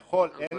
כביכול אין הבדל,